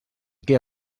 què